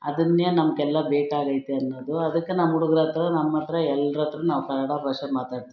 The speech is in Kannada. ಅದನ್ನೇ ನಮಗೆಲ್ಲ ಬೇಕಾಗೈತೆ ಅನ್ನೋದು ಅದಕ್ಕೆ ನಮ್ಮ ಹುಡುಗ್ರತ್ರ ನಮ್ಮ ಹತ್ರ ಎಲ್ಲರ ಹತ್ತಿರನು ನಾವು ಕನ್ನಡ ಭಾಷೆ ಮಾತಾಡ್ತೀವಿ